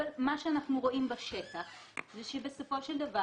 אבל מה שאנחנו רואים בשטח זה שבסופו של דבר